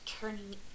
turning